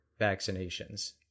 vaccinations